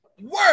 work